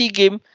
game